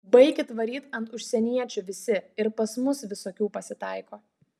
baikit varyt ant užsieniečių visi ir pas mus visokių pasitaiko